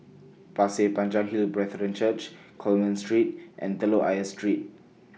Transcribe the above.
Pasir Panjang Hill Brethren Church Coleman Street and Telok Ayer Street